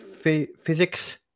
Physics